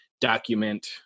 document